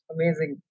Amazing